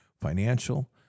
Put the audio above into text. financial